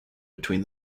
between